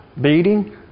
beating